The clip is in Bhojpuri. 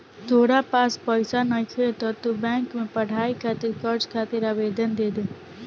तोरा पास पइसा नइखे त तू बैंक में पढ़ाई खातिर कर्ज खातिर आवेदन दे दे